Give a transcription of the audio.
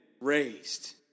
raised